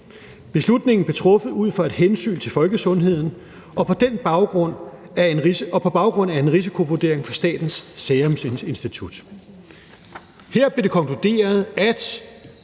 Beslutningen blev truffet ud fra et hensyn til folkesundheden og på baggrund af en risikovurdering fra Statens Serum Institut. Her blev det konkluderet, at